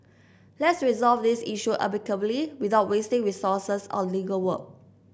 let's resolve this issue amicably without wasting resources on legal work